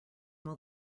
will